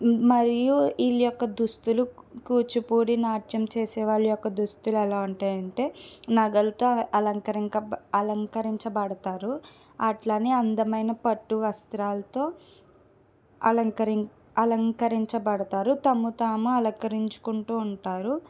మరియు వీళ్ళ యొక్క దుస్తులు కూచిపూడి నాట్యం చేసే వారి యొక్క దుస్తులు ఎలా ఉంటాయి అంటే నగలతో అలంకరింక అలంకరించబడతారు అట్లానే అందమైన పట్టు వస్త్రాలతో అలంకరిం అలంకరించబడతారు తమకు తాము అలంకరించుకుంటూ ఉంటారు